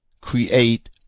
create